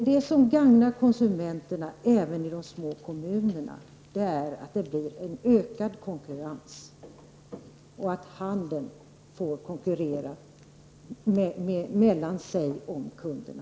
Det som gagnar konsumenterna även i de små kommunerna är en ökad konkurrens om kunderna.